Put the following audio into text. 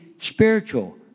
spiritual